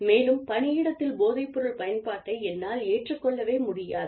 மேலும் பணி இடத்தில் போதைப்பொருள் பயன்பாட்டை என்னால் ஏற்றுக்கொள்ளவே முடியாது